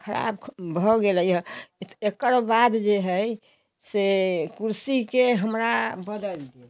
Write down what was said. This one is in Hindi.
खराब एकर बाद ये है से कुर्सी के हमारा बदल